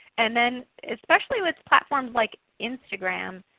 and then especially with platforms like instagram,